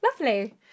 lovely